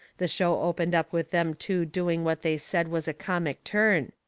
the show opened up with them two doing what they said was a comic turn.